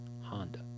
Honda